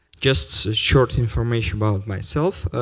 just some short information about myself.